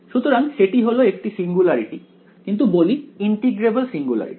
সুতরাং সেটি হল একটি সিঙ্গুলারিটি কিন্তু বলি ইন্টিগ্রেবেল সিঙ্গুলারিটি